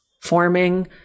forming